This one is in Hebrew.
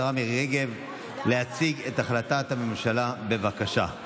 השרה מירי רגב, להציג את החלטת הממשלה, בבקשה.